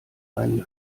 einen